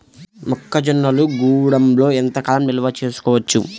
మొక్క జొన్నలు గూడంలో ఎంత కాలం నిల్వ చేసుకోవచ్చు?